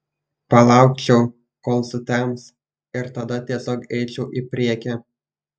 palaukčiau kol sutems ir tada tiesiog eičiau į priekį